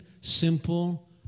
simple